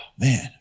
Man